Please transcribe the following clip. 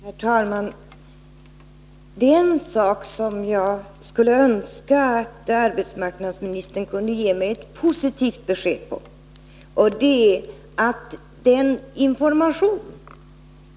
Herr talman! Det är en sak som jag skulle önska att arbetsmarknadsministern kunde ge mig ett positivt besked om, och det gäller informationen.